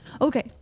Okay